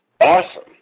awesome